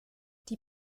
die